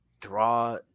draw